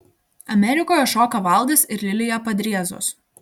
amerikoje šoka valdas ir lilija padriezos